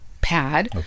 pad